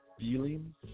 feelings